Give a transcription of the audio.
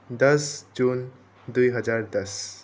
दस जुन दुई हजार दस